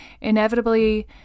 inevitably